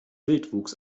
wildwuchs